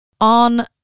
On